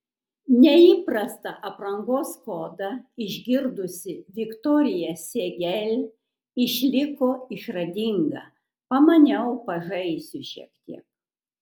neįprastą aprangos kodą išgirdusi viktorija siegel išliko išradinga pamaniau pažaisiu šiek tiek